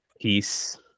peace